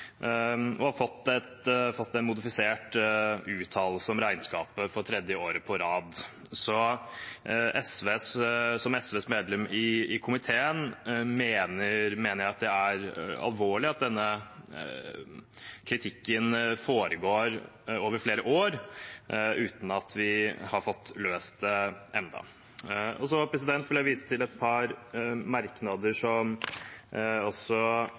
og har fått en modifisert uttalelse om regnskapet for tredje år på rad. Som SVs medlem i komiteen mener jeg at det er alvorlig at denne kritikken har foregått over flere år uten at vi har fått løst det. Så vil jeg vise til et par merknader som også